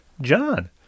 John